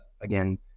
again